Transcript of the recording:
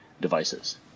devices